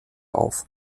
auf